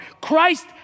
Christ